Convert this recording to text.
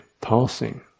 passing